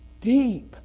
Deep